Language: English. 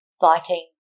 fighting